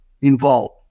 involved